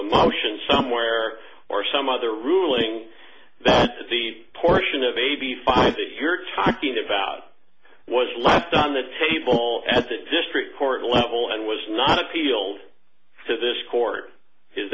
a motion somewhere or some other ruling the portion of a b five that you're talking about was left on the table at the district court level and was not appealed to this court is